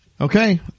okay